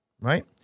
right